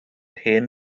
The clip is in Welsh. hen